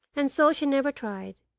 and so she never tried,